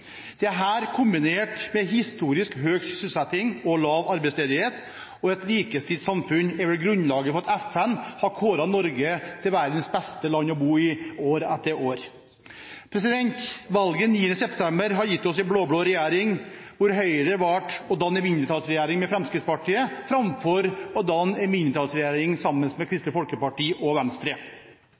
kombinert med historisk høy sysselsetting, lav arbeidsledighet og et likestilt samfunn, er vel grunnlaget for at FN har kåret Norge til verdens beste land å bo i år etter år. Valget 9. september har gitt oss en blå-blå regjering, hvor Høyre valgte å danne en mindretallsregjering med Fremskrittspartiet framfor å danne en mindretallsregjering sammen med Kristelig Folkeparti og Venstre.